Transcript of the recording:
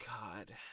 god